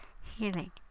healing